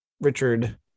Richard